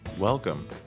Welcome